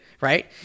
right